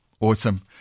Awesome